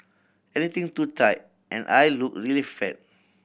anything too tight and I look really flat